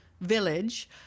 village